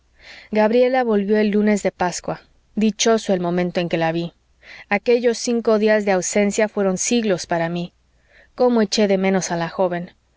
gabriela volvió el lunes de pascua dichoso el momento en que la ví aquellos cinco días de ausencia fueron siglos para mí cómo eché de menos a la joven